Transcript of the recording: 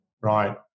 right